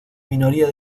minoría